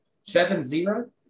Seven-zero